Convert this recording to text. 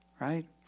Right